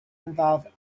involve